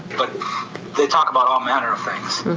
but they talk about all manner of things.